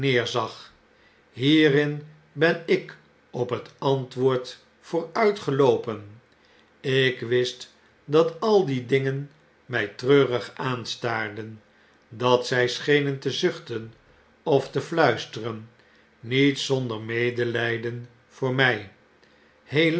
zag hierin ben ik op het antwoord vooruitgeloopen ik wist dat al die dingen mjj treurig aanstaarden dat zij schenen te zuchten of te fiuisteren niet zonder medely den voor my